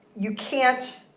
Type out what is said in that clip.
you can't